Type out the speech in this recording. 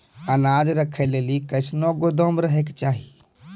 अनाज राखै लेली कैसनौ गोदाम रहै के चाही?